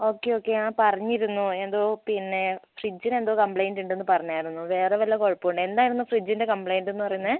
okay okay ആ പറഞ്ഞിരുന്നു ഏതോ പിന്നെ ഫ്രിഡ്ജിനെന്തോ കംപ്ലൈന്റ് ഉണ്ടെന്ന് പറഞ്ഞിരുന്നു വേറെ വല്ല കുഴപ്പവുമുണ്ടോ എന്തായിരുന്നു ഫ്രിഡ്ജിന്റെ കംപ്ലൈൻ്റ് എന്ന് പറയുന്നത്